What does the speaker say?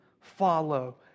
follow